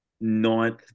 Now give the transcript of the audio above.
ninth